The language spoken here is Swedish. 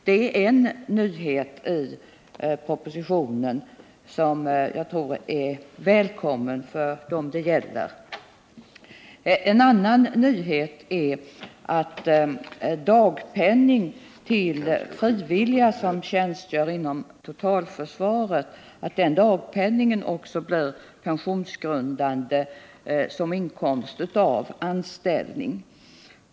Det är en nyhet i propositionen, som jag tror är välkommen för dem det gäller. En annan nyhet är att dagpenningen till frivilliga som tjänstgör inom totalförsvaret blir pensionsgrundande såsom inkomst av anställning.